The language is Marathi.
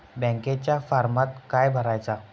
बँकेच्या फारमात काय भरायचा?